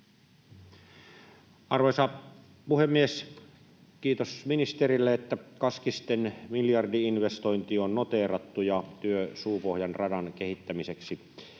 Arvoisa puhemies! Kiitos ministerille, että Kaskisten miljardi-investointi on noteerattu ja työ Suupohjan radan kehittämiseksi